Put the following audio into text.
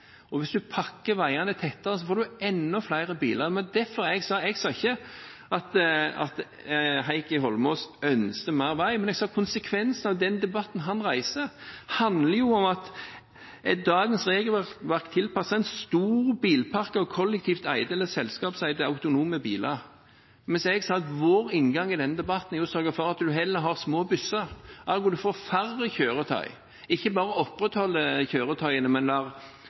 ikke. Hvis du pakker veiene tettere, får du enda flere biler. Jeg sa ikke at Heikki Eidsvoll Holmås ønsker mer vei, men jeg sa at konsekvensen av den debatten han reiser, handler om at dagens regelverk blir tilpasset en stor bilpark og kollektivt eide selskap som eier autonome biler. Jeg sa at vår inngang i denne debatten er å sørge for at en heller har små busser, der en får færre kjøretøy og ikke bare opprettholde kjøretøyene, men